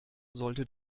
sollte